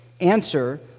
answer